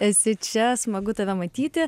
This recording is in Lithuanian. esi čia smagu tave matyti